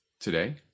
today